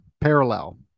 parallel